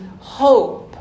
hope